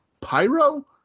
pyro